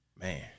Man